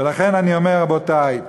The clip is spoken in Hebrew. ולכן אני אומר, רבותי,